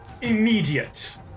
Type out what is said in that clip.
immediate